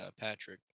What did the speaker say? Patrick